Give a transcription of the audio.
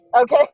Okay